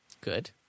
Good